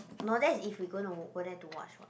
no that's if we going to go there to watch what